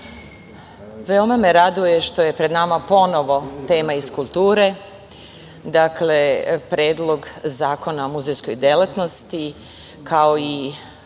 me raduje što je pred nama ponovo tema iz kulture. Dakle, Predlog zakona o muzejskoj delatnosti, kao i